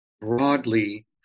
broadly